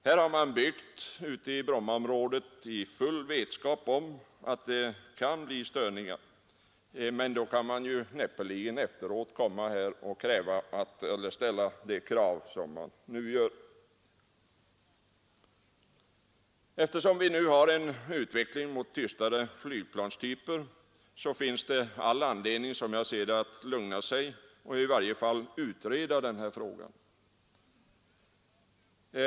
Man har byggt i Brommaom rådet i full vetskap om att det kan bli störningar, och då kan man näppeligen efteråt komma och ställa de krav som man nu gör. Eftersom utvecklingen nu går mot mera tystgående flygplanstyper finns det all anledning att lugna sig och i varje fall utreda frågan.